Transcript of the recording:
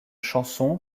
chanson